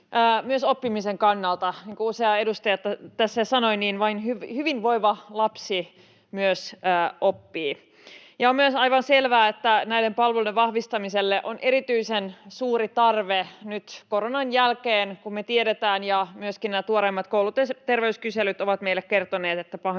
myös oppimisen kannalta. Niin kuin usea edustaja tässä sanoi, vain hyvinvoiva lapsi oppii. On myös aivan selvää, että näiden palveluiden vahvistamiselle on erityisen suuri tarve nyt koronan jälkeen, kun me tiedetään ja myöskin nämä tuoreimmat kouluterveyskyselyt ovat meille kertoneet,